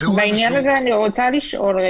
בעניין הזה אני רוצה לשאול: